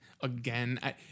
Again